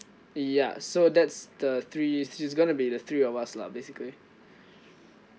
ya so that's the three she's gonna be the three of us lah basically